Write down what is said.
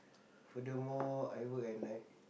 furthermore I work at night